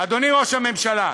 אדוני ראש הממשלה,